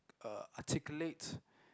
uh articulate